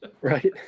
Right